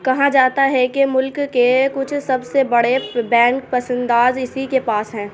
کہا جاتا ہے کہ ملک کے کچھ سب سے بڑے بینک پس انداز اسی کے پاس ہیں